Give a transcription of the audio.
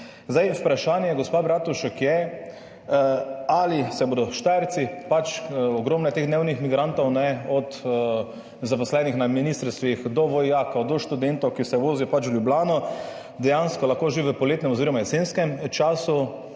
Moje vprašanje, gospa Bratušek, je: Ali se bodo Štajerci, ogromno je dnevnih migrantov, od zaposlenih na ministrstvih do vojakov, do študentov, ki se vozijo v Ljubljano, dejansko lahko že v poletnem oziroma jesenskem času